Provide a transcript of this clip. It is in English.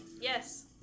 Yes